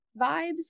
vibes